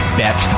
bet